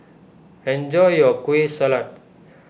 enjoy your Kueh Salat